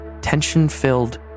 tension-filled